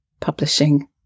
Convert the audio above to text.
publishing